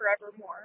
forevermore